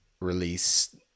release